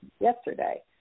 yesterday